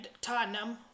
Tottenham